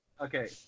Okay